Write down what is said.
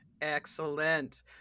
Excellent